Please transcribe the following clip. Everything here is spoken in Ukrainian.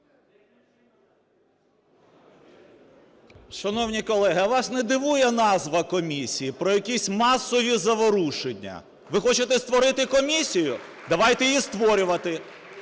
Шановні колеги, а вас не дивує назва комісії - про якісь масові заворушення? Ви хочете створити комісію – давайте її створювати: